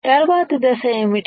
తర్వాత దశ ఏమిటి